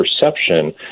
perception